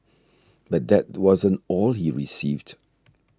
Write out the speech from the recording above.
but that wasn't all he received